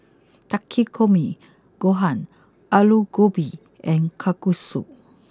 Takikomi Gohan Alu Gobi and Kalguksu